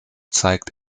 zeigt